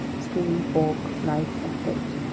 spoon, fork, knife, and plate,